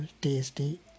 tasty